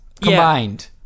combined